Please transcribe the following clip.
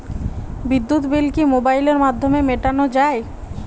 বিদ্যুৎ বিল কি মোবাইলের মাধ্যমে মেটানো য়ায়?